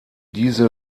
diese